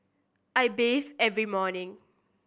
I bathe every morning